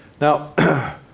Now